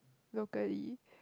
locally